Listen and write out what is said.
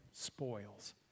Spoils